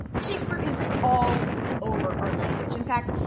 shakespeare is all over our language. in fact,